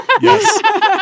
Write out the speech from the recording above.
Yes